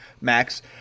max